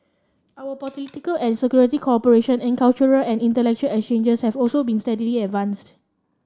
our political and security cooperation and cultural and intellectual exchanges have also been steadily advanced